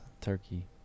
Turkey